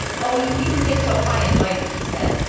oh, you needn't get so high and mighty, he said.